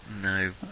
No